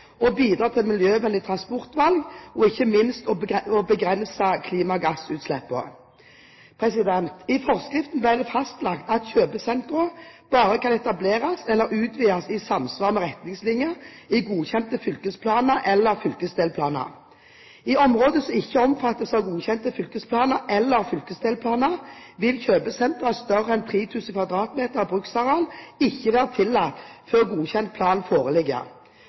å bidra til miljøvennlige transportvalg å begrense klimagassutslippene – ikke minst I forskriften ble det fastlagt at kjøpesentre bare kan etableres eller utvides i samsvar med retningslinjer i godkjente fylkesplaner eller fylkesdelplaner. I områder som ikke omfattes av godkjente fylkesplaner eller fylkesdelplaner, vil kjøpesentre større enn 3 000 m2 bruksareal ikke være tillatt før godkjent plan foreligger.